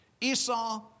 Esau